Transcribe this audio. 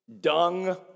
dung